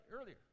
earlier